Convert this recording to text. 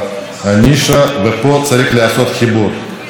אנחנו צריכים לדעת לנהל את המשק.